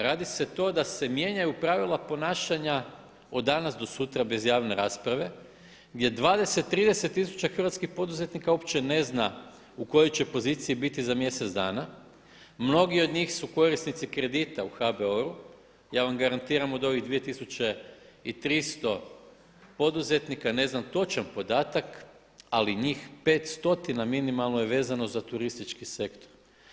Radi se to da se mijenjaju pravila ponašanja od danas do sutra bez javne rasprave gdje 20, 30 tisuća hrvatskih poduzetnika uopće ne zna u kojoj će poziciji biti za mjesec dana, mnogi od njih su korisnici kredita u HBOR-u, ja vam garantiram od ovih 2300 poduzetnika, ne znam točan podatak ali njih 5 stotina minimalno je vezano za turistički sektor.